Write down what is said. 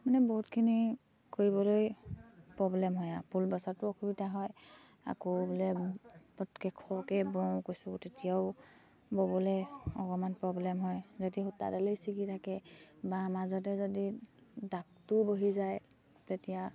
মানে বহুতখিনি কৰিবলৈ পব্লেম হয় আকৌ ফুল বছাতো অসুবিধা হয় আকৌ বোলে পটককে খৰকে বওঁ কৈছোঁ তেতিয়াও ব'বলে অকমান প্ৰব্লেম হয় যদি সূতাডালেই চিগি থাকে বা মাজতে যদি দাগটোও বহি যায় তেতিয়া